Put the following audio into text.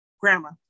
grandma